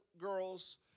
girls